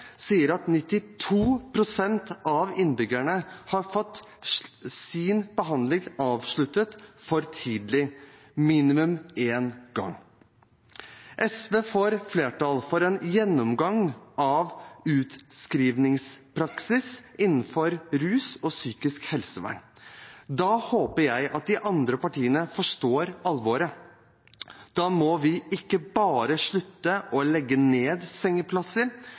sier at 92 pst. av innbyggerne har fått sin behandling avsluttet for tidlig minimum én gang. SV får flertall for en gjennomgang av utskrivingspraksisen innenfor rusfeltet og psykisk helsevern. Da håper jeg at de andre partiene forstår alvoret. Vi må ikke bare slutte å legge ned sengeplasser